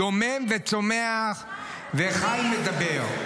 "דומם וצומח וחי ומדבר.